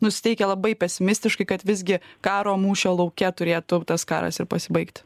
nusiteikę labai pesimistiškai kad visgi karo mūšio lauke turėtų tas karas ir pasibaigti